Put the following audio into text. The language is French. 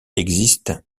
existe